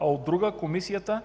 а от друга – комисията